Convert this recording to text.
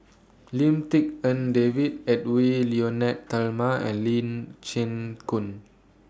Lim Tik En David Edwy Lyonet Talma and Lee Chin Koon